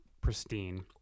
pristine